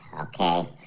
okay